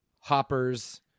hoppers